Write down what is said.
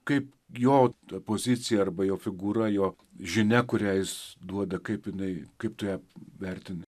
kaip jo ta pozicija arba jo figūra jo žinia kurią jis duoda kaip jinai kaip tu ją vertini